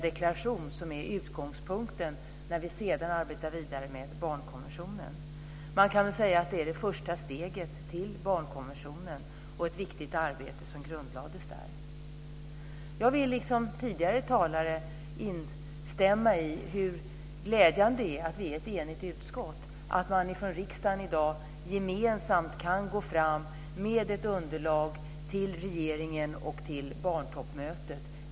Det var första steget till barnkonventionen. Ett viktigt arbete grundlades där. Jag vill liksom tidigare talare instämma i hur glädjande det är att vi är ett enigt utskott. Vi kan från riksdagen i dag gå fram gemensamt med ett underlag till regeringen och barntoppmötet.